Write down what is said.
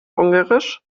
ungarisch